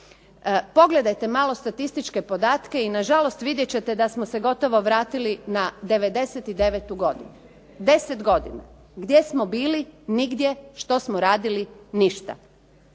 Pogledajte malo statističke podatke i nažalost vidjet ćete da smo se gotovo vratili na '99. godinu, deset godina. Gdje smo bili, nigdje, što smo radili, ništa.